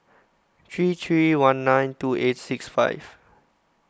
three three one nine two eight six five